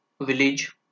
village